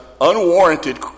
unwarranted